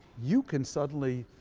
you can suddenly.